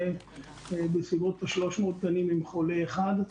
בסביבות ה-300 גנים, עם חולה אחד,